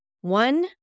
One